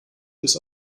bis